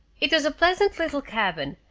it was a pleasant little cabin,